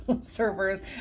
servers